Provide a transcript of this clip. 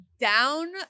down